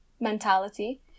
mentality